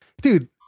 dude